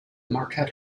marquette